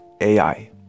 AI